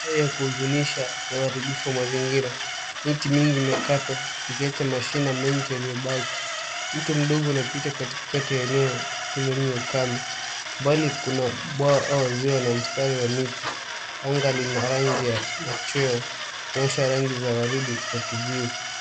Eneo ya kuhuzunisha ya uharibifu mazingira. Miti mingi imekatwa ikiacha mashina mengi yaliyobaki. Mto mdogo unapita katikati ya eneo hilo lenye ukame. Mbali kuna bwawa wa ziwa na mistari ya miti. Anga lina rangi ya machweo kumaanisha rangi za waridi na kijivu.